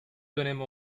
dönemi